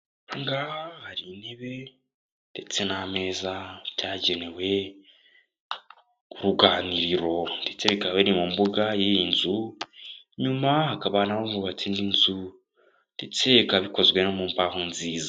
Aha ngaha hari intebe ndetse n'ameza, byagenewe uruganiriro ndetse ikaba iri mu mbuga y'iyi nzu, inyuma hakaba hubatse indi nzu ndetse ikaba ikozwe no mu mbaho nziza.